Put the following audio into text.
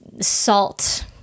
salt